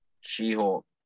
She-Hulk